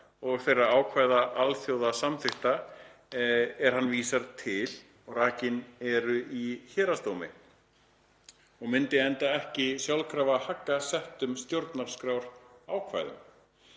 og þeirra ákvæða alþjóðasamþykkta, er hann vísar til og rakin eru í héraðsdómi, og myndi enda ekki sjálfkrafa hagga settum stjórnarskrárákvæðum.“